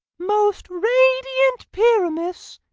most radiant pyramus,